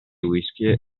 whisky